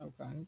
Okay